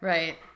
Right